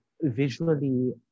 visually